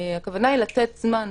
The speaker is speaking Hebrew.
הכוונה היא לתת זמן